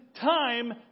time